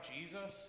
Jesus